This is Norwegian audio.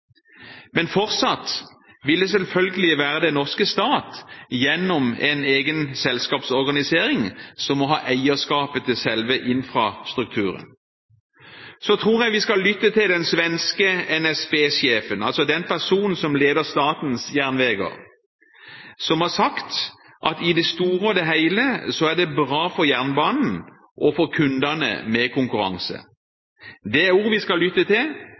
Men fortsatt vil det selvfølgelig være den norske stat, gjennom en egen selskapsorganisering, som må ha eierskapet til selve infrastrukturen. Så tror jeg vi skal lytte til den svenske «NSB-sjefen» – altså den personen som leder Statens järnvägar – som har sagt at i det store og det hele er det bra for jernbanen og for kundene med konkurranse. Det er ord vi skal lytte til,